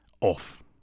off